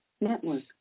Network